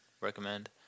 recommend